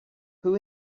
who